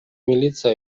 милиция